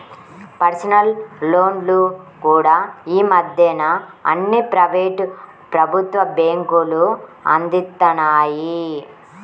personal లోన్లు కూడా యీ మద్దెన అన్ని ప్రైవేటు, ప్రభుత్వ బ్యేంకులూ అందిత్తన్నాయి